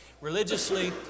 religiously